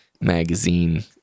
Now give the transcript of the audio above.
magazine